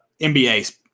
NBA